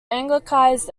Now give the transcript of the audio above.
anglicised